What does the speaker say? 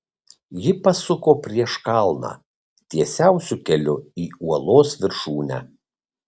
ji pasuko prieš kalną tiesiausiu keliu į uolos viršūnę